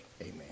Amen